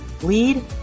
lead